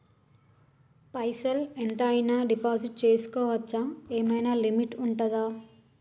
పైసల్ ఎంత అయినా డిపాజిట్ చేస్కోవచ్చా? ఏమైనా లిమిట్ ఉంటదా?